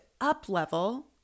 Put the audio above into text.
up-level